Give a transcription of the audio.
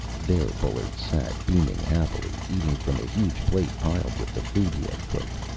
there bullard sat, beaming happily, eating from a huge plate piled with the food he had cooked.